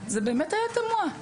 זה באמת היה תמוה.